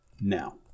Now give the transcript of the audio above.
now